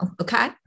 Okay